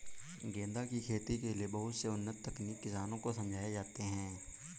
गेंदा की खेती के लिए बहुत से उन्नत तकनीक किसानों को समझाए जाते हैं